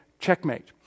checkmate